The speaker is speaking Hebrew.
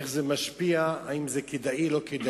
איך זה משפיע, אם זה כדאי או לא כדאי.